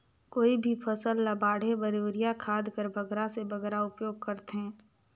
कोई भी फसल ल बाढ़े बर युरिया खाद कर बगरा से बगरा उपयोग कर थें?